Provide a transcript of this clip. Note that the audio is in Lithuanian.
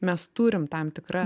mes turim tam tikrą